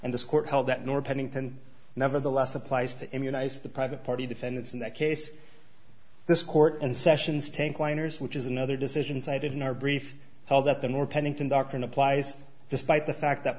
and this court held that nor pennington nevertheless applies to immunize the private party defendants in that case this court and sessions take liners which is another decision cited in our brief hold that the more pennington doctrine applies despite the fact that